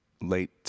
late